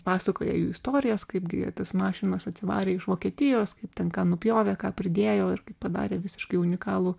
pasakoja istorijas kaip gi jie tas mašinas atsivarė iš vokietijos kaip ten ką nupjovė ką pridėjo ir kaip padarė visiškai unikalų